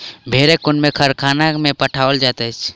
भेड़क ऊन के कारखाना में पठाओल जाइत छै